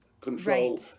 control